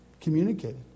communicated